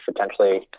Potentially